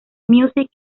music